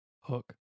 Hook